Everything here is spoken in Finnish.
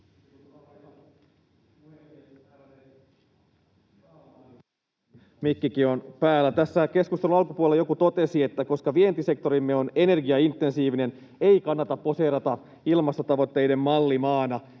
mikkikin on päällä. — Tässä keskustelun alkupuolella joku totesi, että koska vientisektorimme on energiaintensiivinen, ei kannata poseerata ilmastotavoitteiden mallimaana.